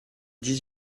dix